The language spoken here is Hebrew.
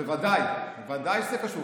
ודאי שזה קשור,